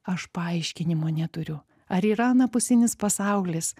aš paaiškinimo neturiu ar yra anapusinis pasaulis